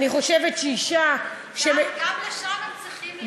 אני חושבת שאישה, גם לשם